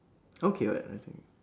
okay [what] I think